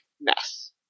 mess